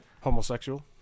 Homosexual